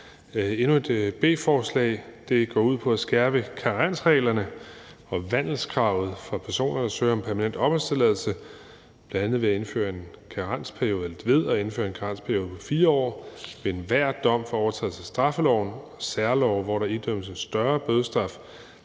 endnu et B-forslag. Det går ud på at skærpe karensreglerne og vandelskravet for personer, der søger om permanent opholdstilladelse, bl.a. ved at indføre en karensperiode på 4 år ved enhver dom for overtrædelse af straffeloven, ved overtrædelse af særlove, hvor der idømmes en større bødestraf,